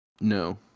No